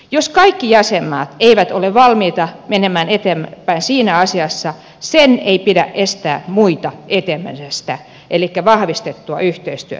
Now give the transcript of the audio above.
jos kaikki jäsenmaat eivät ole valmiita menemään eteenpäin siinä asiassa sen ei pidä estää muita etenemästä elikkä vahvistamasta yhteistyötä tässä